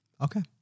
Okay